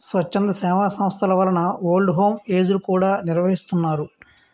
స్వచ్ఛంద సేవా సంస్థల వలన ఓల్డ్ హోమ్ ఏజ్ లు కూడా నిర్వహిస్తున్నారు